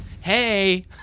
hey